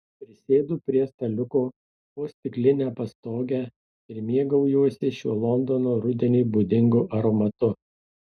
prisėdu prie staliuko po stikline pastoge ir mėgaujuosi šiuo londono rudeniui būdingu aromatu